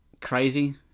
crazy